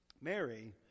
Mary